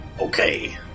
Okay